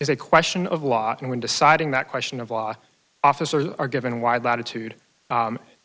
is a question of law and when deciding that question of law officers are given wide latitude